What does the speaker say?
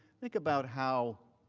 think about how